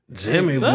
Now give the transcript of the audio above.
jimmy